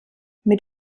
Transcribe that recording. mit